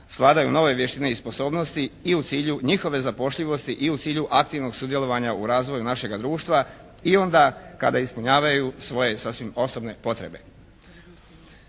svladaju nove vještine i sposobnosti i u cilju njihove zapošljivosti i u cilju aktivnog sudjelovanja u razvoju našega društva i onda kada ispunjavaju svoje sasvim osobne potrebe.